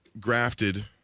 grafted